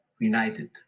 united